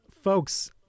folks